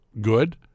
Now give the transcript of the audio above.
good